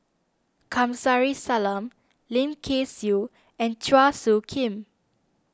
Kamsari Salam Lim Kay Siu and Chua Soo Khim